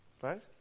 Right